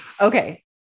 okay